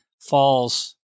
falls